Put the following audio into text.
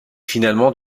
finalement